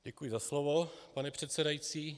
Děkuji za slovo, pane předsedající.